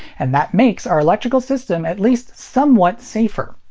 and that makes our electrical system at least somewhat safer.